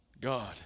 God